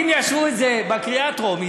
אם יאשרו את זה בקריאה הטרומית,